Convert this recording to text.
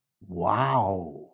Wow